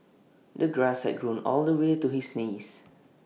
the grass had grown all the way to his knees